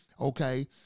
okay